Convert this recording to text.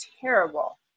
terrible